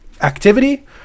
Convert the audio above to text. activity